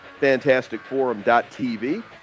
Fantasticforum.tv